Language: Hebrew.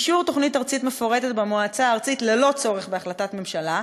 אישור תוכנית ארצית מפורטת במועצה הארצית ללא צורך בהחלטת ממשלה,